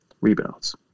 rebounds